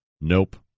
Nope